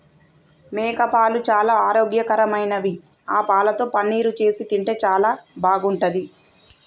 మేకపాలు చాలా ఆరోగ్యకరమైనవి ఆ పాలతో పన్నీరు చేసి తింటే చాలా బాగుంటది